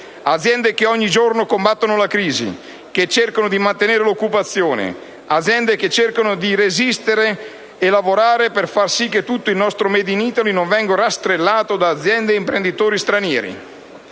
aziende che ogni giorno combattono la crisi, che cercano di mantenere l'occupazione; aziende che cercano di resistere e lavorare per far sì che tutto il nostro *made in Italy* non venga rastrellato da aziende e imprenditori stranieri.